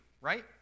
right